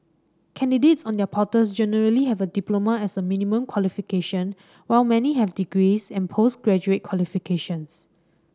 candidates on their portals generally have a diploma as a minimum qualification while many have degrees and post graduate qualifications